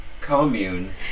commune